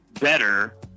better